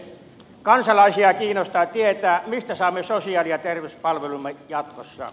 kansalaisia kiinnostaa tietää mistä saamme sosiaali ja terveyspalvelumme jatkossa